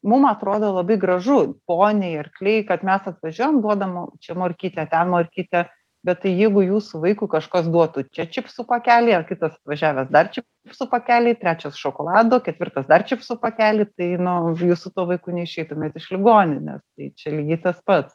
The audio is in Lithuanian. mum atrodo labai gražu poniai arkliai kad mes atvažiuojam duodam čia morkytę ten morkytę bet tai jeigu jūsų vaikui kažkas duotų čia čipsų pakelį ar kitas atvažiavęs dar čipsų pakelį trečias šokolado ketvirtas dar čipsų pakelį tai nu jūs su tuo vaiku neišeitumėt iš ligoninės tai čia lygiai tas pat